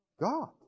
God